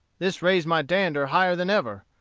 this raised my dander higher than ever.